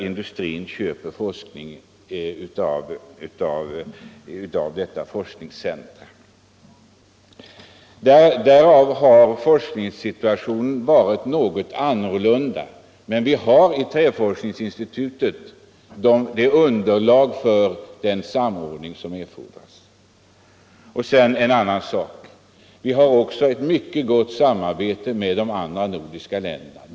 Industrin köper här forskning. Därigenom har forskningssituationen blivit något annorlunda. Men vi har i Träforsk ningsinstitutet ett underlag för den samordning som erfordras. En annan sak som jag vill framhålla är att vi har ett mycket gott samarbete med de övriga nordiska länderna.